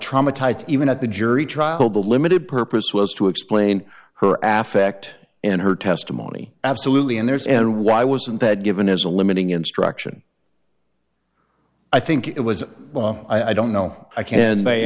traumatized even at the jury trial the limited purpose was to explain her af ect in her testimony absolutely and theirs and why wasn't that given as a limiting instruction i think it was i don't know i can